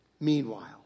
Meanwhile